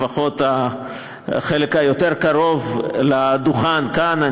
לפחות החלק היותר-קרוב לדוכן כאן,